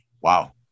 Wow